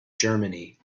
germany